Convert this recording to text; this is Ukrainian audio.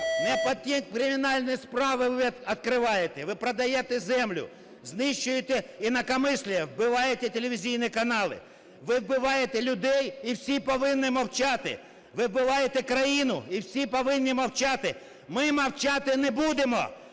Не ті кримінальні справи ви відкриваєте. Ви продаєте землю, знищуєте инакомыслие, "вбиваєте" телевізійні канали. Ви "вбиваєте" людей, і всі повинні мовчати. Ви "вбиваєте" країну, і всі повинні мовчати. Ми мовчати не будемо!